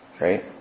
right